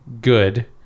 good